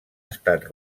estat